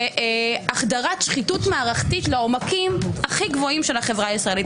והחדרת שחיתות מערכתית לעומקים הכי גבוהים של החברה הישראלית.